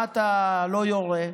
למה אתה לא יורה?